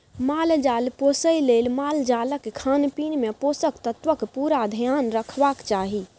माल जाल पोसय लेल मालजालक खानपीन मे पोषक तत्वक पुरा धेआन रखबाक चाही